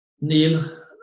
Neil